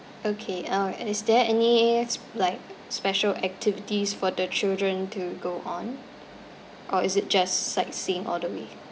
okay uh is there any s~ like special activities for the children to go on or is it just sightseeing all the way